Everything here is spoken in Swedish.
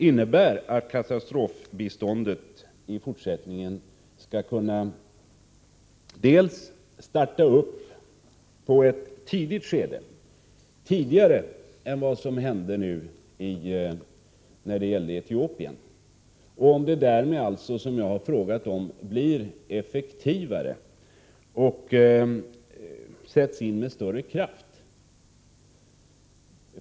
Innebär det att man beträffande katastrofbiståndet i fortsättningen kommer att kunna starta upp i ett tidigt skede — tidigare än vad som var fallet när det gällde Etiopien — och blir det därmed möjligt att göra biståndet effektivare och att sätta in det med större kraft?